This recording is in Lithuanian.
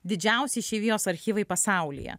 didžiausi išeivijos archyvai pasaulyje